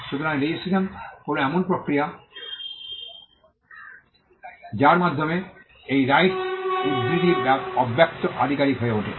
সুতরাং রেজিস্ট্রেশন হল এমন প্রক্রিয়া যার মাধ্যমে এই রাইটস উদ্ধৃতি অব্যক্ত আধিকারিক হয়ে ওঠে